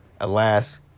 alas